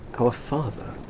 our father,